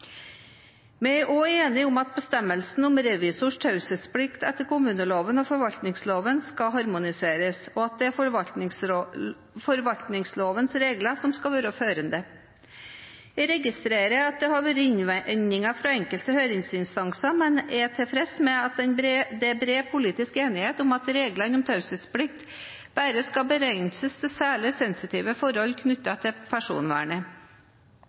Vi er også enige om at bestemmelsene om revisors taushetsplikt etter kommuneloven og forvaltningsloven skal harmoniseres, og at det er forvaltningslovens regler som skal være førende. Jeg registrerer at det har vært innvendinger fra enkelte høringsinstanser, men er tilfreds med at det er bred politisk enighet om at reglene om taushetsplikt bare skal begrenses til særlig sensitive forhold knyttet til personvernet.